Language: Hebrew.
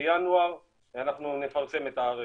בינואר אנחנו נפרסם אותו.